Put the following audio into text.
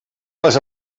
les